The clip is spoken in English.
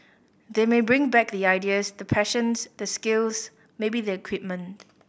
they may bring back the ideas the passions the skills maybe the equipment